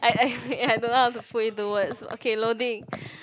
I I I don't know how to put into words okay loading